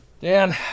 Dan